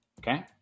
Okay